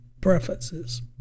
preferences